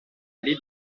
aller